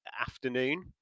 afternoon